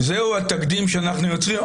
זהו התקדים שאנחנו יוצרים,